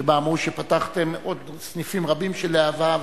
שבה אמרו שפתחתם עוד סניפים רבים של להב"ה,